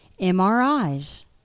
MRIs